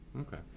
okay